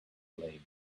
lame